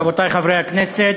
אדוני היושב-ראש, רבותי חברי הכנסת,